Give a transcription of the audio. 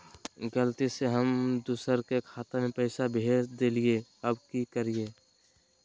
गलती से हम दुसर के खाता में पैसा भेज देलियेई, अब की करियई?